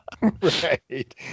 Right